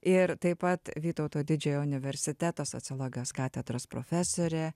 ir taip pat vytauto didžiojo universiteto sociologijos katedros profesorė